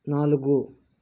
నాలుగు